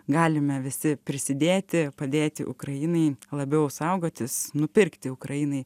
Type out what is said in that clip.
galime visi prisidėti padėti ukrainai labiau saugotis nupirkti ukrainai